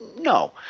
No